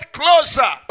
closer